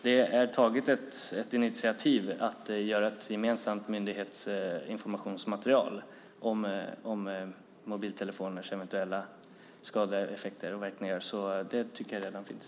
Det har tagits ett initiativ för att ta fram ett gemensamt myndighetsinformationsmaterial om mobiltelefoners eventuella skadliga effekter och verkningar, så det tycker jag redan finns.